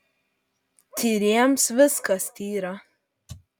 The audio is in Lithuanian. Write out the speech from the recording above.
tyriems viskas tyra